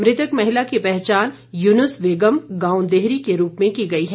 मृतक महिला की पहचान युनुस वेगम गांव देहरी के रूप में की गई है